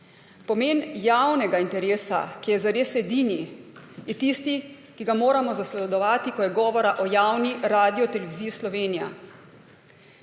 Pomen javnega interesa, ki je zares edini, je tisti, ki ga moramo zasledovati, ko je govora o javni Radioteleviziji Slovenija.